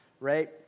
right